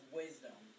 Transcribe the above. wisdom